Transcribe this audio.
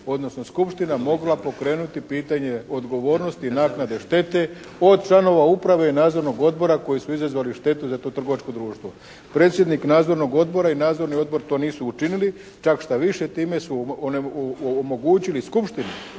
odnosno skupština mogla pokrenuti pitanje odgovornosti naknade štete od članova uprave i Nadzornog odbora koji su izazvali štetu za to trgovačko društvo. Predsjednik Nadzornog odbora i Nadzorni odbor to nisu učinili. Čak štaviše time su omogućili skupštini